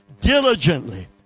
diligently